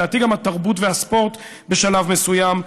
ולדעתי גם התרבות והספורט בשלב מסוים,